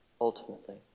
ultimately